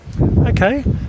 Okay